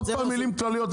עוד פעם מילים כלליות,